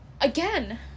again